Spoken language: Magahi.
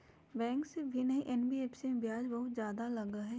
बैंक से भिन्न हई एन.बी.एफ.सी इमे ब्याज बहुत ज्यादा लगहई?